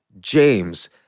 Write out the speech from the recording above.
James